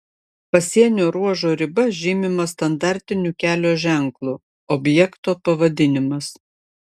pasienio ruožo riba žymima standartiniu kelio ženklu objekto pavadinimas